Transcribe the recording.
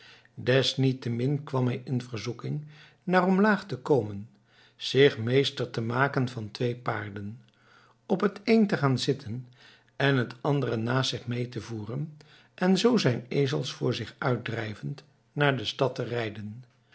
desniettemin kwam hij in verzoeking naar omlaag te komen zich meester te maken van twee paarden op t een te gaan zitten en het andere naast zich mee te voeren en zoo zijn ezels voor zich uit drijvend naar de stad te rijden